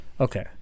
Okay